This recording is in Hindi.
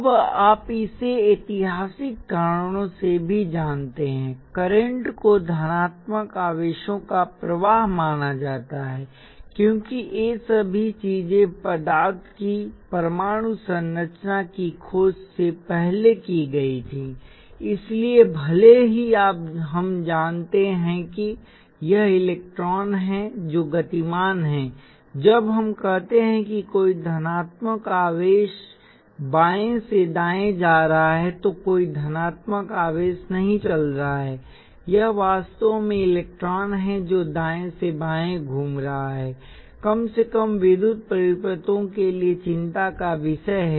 अब आप इसे ऐतिहासिक कारणों से भी जानते हैं करंट को धनात्मक आवेशों का प्रवाह माना जाता है क्योंकि ये सभी चीजें पदार्थ की परमाणु संरचना की खोज से पहले की गई थीं इसलिए भले ही अब हम जानते हैं कि यह इलेक्ट्रॉन हैं जो गतिमान हैं जब हम कहते हैं कि कोई धनात्मक आवेश बाएँ से दाएँ जा रहा है तो कोई धनात्मक आवेश नहीं चल रहा है यह वास्तव में इलेक्ट्रॉन है जो दाएँ से बाएँ घूम रहा है कम से कम विद्युत परिपथों के लिए चिंता का विषय है